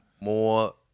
more